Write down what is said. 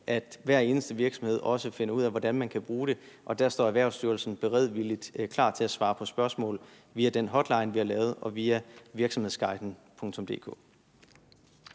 at hver eneste virksomhed også finder ud af, hvordan man kan bruge det, og der står Erhvervsstyrelsen beredvilligt klar til at svare på spørgsmål via den hotline, vi har lavet, og via virksomhedsguiden.dk.